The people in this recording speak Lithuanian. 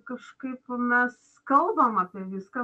kažkaip mes kalbam apie viską